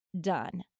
done